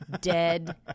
dead